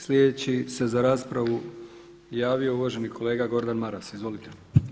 Sljedeći se za raspravu javio uvaženi kolega Gordan Maras, izvolite.